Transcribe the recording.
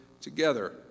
together